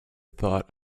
thought